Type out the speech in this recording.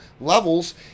levels